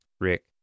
Rick